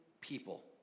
people